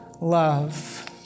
love